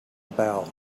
about